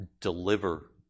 deliver